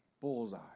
bullseye